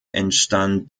entstand